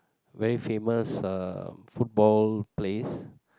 very famous uh football place